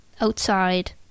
outside